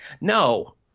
no